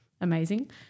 amazing